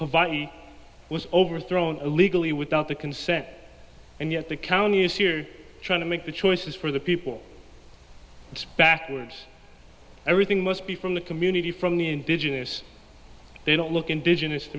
valley was overthrown illegally without the consent and yet the county is here trying to make the choices for the people and backwards everything must be from the community from the indigenous they don't look indigenous to